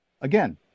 again